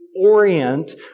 orient